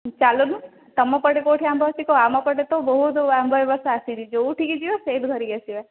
ଚାଲୁନୁ ତମ ପଟେ କୋଉଠି ଆମ୍ବ ଅଛି କହ ଆମ ପଟେ ତ ବହୁତ ଆମ୍ବ ଏ ବର୍ଷ ଆସିଛି ଯୋଉଠି କି ଯିବା ସେଇଠୁ ଧରିକି ଆସିବା